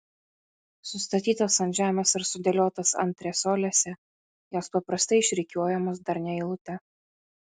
sustatytos ant žemės ar sudėliotos antresolėse jos paprastai išrikiuojamos darnia eilute